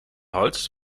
hals